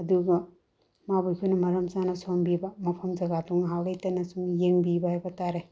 ꯑꯗꯨꯒ ꯃꯥꯕꯨ ꯑꯩꯈꯣꯏꯅ ꯃꯔꯝ ꯆꯥꯅ ꯁꯣꯝꯕꯤꯕ ꯃꯐꯝ ꯖꯒꯥꯗꯣ ꯉꯥꯏꯍꯥꯛ ꯂꯩꯇꯅ ꯁꯨꯝ ꯌꯦꯡꯕꯤꯕ ꯍꯥꯏꯕꯇꯥꯔꯦ